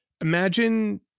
imagine